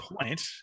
point